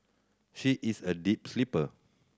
she is a deep sleeper